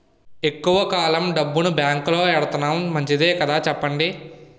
ఎక్కువ కాలం డబ్బును బాంకులో ఎడతన్నాం మంచిదే కదా చెప్పండి